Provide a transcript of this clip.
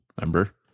Remember